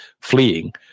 fleeing